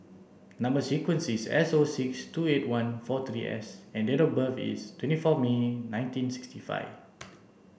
number sequence is S O six two eight one four three S and date of birth is twenty four May nineteen sixty five